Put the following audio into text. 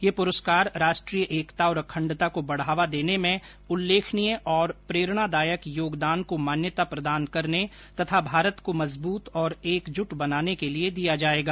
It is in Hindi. यह पुरस्कार राष्ट्रीय एकता और अखंडता को बढ़ावा देने में उल्लेखनीय तथा प्रेरणादायक योगदान को मान्यता प्रदान करने तथा भारत को मजबूत और एकजुट बनाने के लिए दिया जायेगा